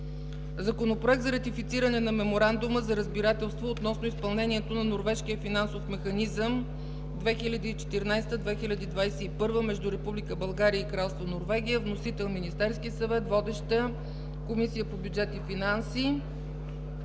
Законопроект за ратифициране на Меморандума за разбирателство относно изпълнението на Норвежкия финансов механизъм 2014 – 2021 между Република България и Кралство Норвегия. Вносител – Министерският съвет. Водеща е Комисията по бюджет и финанси.